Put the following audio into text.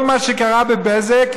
כל מה שקרה בבזק,